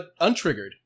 untriggered